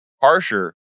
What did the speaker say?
harsher